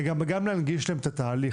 אלא גם להנגיש להם את התהליך,